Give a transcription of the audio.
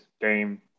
game